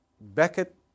Beckett